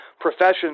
professions